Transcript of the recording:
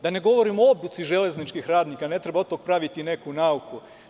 Da ne govorim o obuci železničkih radnika, ne treba od tog praviti neku nauku.